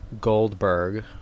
goldberg